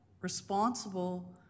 responsible